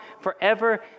forever